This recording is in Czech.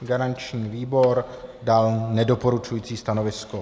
Garanční výbor dal nedoporučující stanovisko.